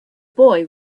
boy